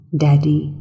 daddy